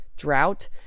drought